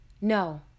no